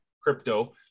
crypto